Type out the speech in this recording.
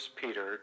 Peter